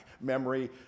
memory